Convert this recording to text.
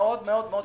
ומאוד אשמח.